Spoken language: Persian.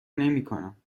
نمیکنم